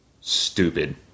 stupid